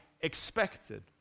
expected